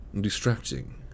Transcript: Distracting